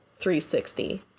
360